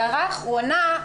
הערה אחרונה,